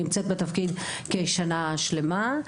אני נמצאת בתפקיד כשנה שלמה.